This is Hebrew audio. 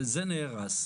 וזה נהרס.